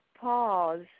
pause